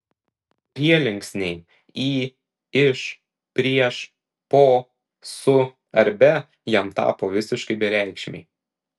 prielinksniai į iš prieš po su ar be jam tapo visiškai bereikšmiai